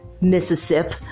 Mississippi